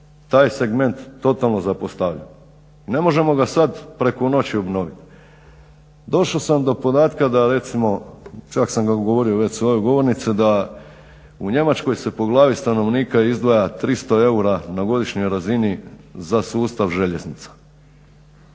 taj segment totalno zapostavljen. Ne možemo ga sad preko noći obnoviti. Došao sam do podatka da recimo čak sam ga govorio već s ove govornice da u Njemačkoj se po glavi stanovnika izdvaja 300 eura na godišnjoj razini za sustav željeznica.